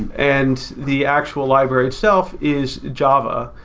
and the actual library itself is java,